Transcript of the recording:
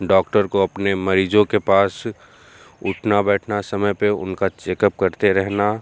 doctor को अपने मरीज़ों के पास उठना बैठना समय पे उनका चेकअप करते रहना